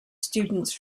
students